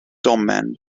domen